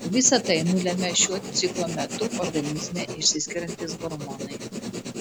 visa tai nulemia šiuo ciklo metu organizme išsiskiriantys hormonai